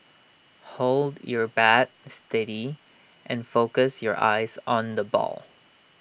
hold your bat steady and focus your eyes on the ball